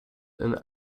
and